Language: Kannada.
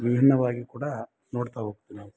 ವಿಭಿನ್ನವಾಗಿ ಕೂಡ ನೋಡ್ತಾ